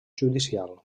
judicial